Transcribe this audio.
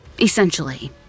Essentially